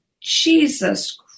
Jesus